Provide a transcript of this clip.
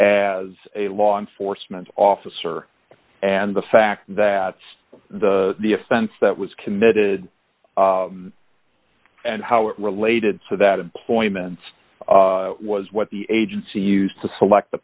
as a law enforcement officer and the fact that the the offense that was committed and how it related to that employment was what the agency used to select the